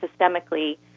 systemically